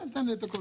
כן, תן לי את הכול.